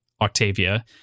Octavia